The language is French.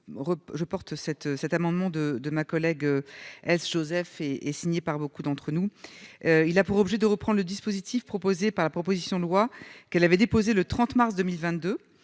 cette cet amendement de de ma collègue elle Joseph et et signée par beaucoup d'entre nous, il a pour objet de reprend le dispositif proposé par la proposition de loi qu'elle avait déposé le 30 mars 2022